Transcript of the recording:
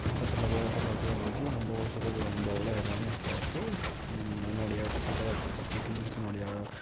ଗଛ ଲଗାଇବା କଥା ଲଗା ହେଇଛି ଆମ୍ବ ଗଛରେ ବଉଳ ହେଲାଣି ଆସ୍ତେ ଆସ୍ତେ ଆଉ ନଡ଼ିଆ ଗଛ ଦୁଇଟା ପକାଇଥିଲୁ ସେଠି ନଡ଼ିଆ